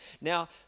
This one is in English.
Now